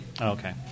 okay